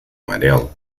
amarelo